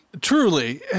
truly